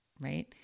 right